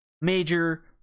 major